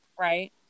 Right